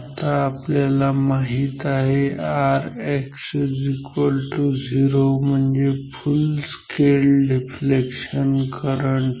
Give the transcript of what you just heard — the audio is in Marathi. आता आपल्याला माहित आहे Rx 0 म्हणजे फुल स्केल डिफ्लेक्शन करंट